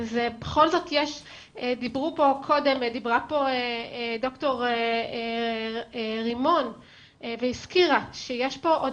דיברה פה ד"ר רמון והזכירה שיש פה עוד